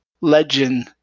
legend